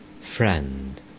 Friend